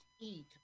eat